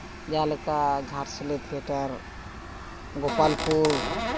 ᱡᱟᱦᱟᱸ ᱞᱮᱠᱟ ᱜᱷᱟᱴᱥᱤᱞᱟ ᱛᱷᱤᱭᱮᱴᱟᱨ ᱜᱳᱯᱟᱞᱯᱩᱨ